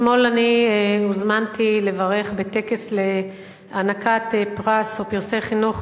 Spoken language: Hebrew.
אתמול הוזמנתי לברך בטקס להענקת פרסי חינוך